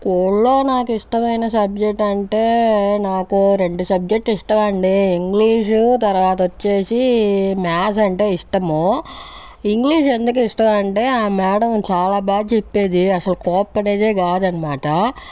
స్కూల్లో నాకు ఇష్టమైన సబ్జెక్ట్ అంటే నాకు రెండు సబ్జెక్టు ఇష్టం అండి ఇంగ్లీష్ తర్వాత వచ్చేసి మ్యాథ్స్ అంటే ఇష్టము ఇంగ్లీష్ ఎందుకు ఇష్టం అంటే ఆ మేడం చాలా బాగా చెప్పేది అసలు కోపపడేదే కాదు అనమాట